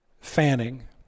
Fanning